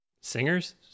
singers